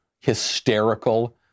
hysterical